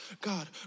God